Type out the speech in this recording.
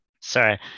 Sorry